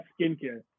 skincare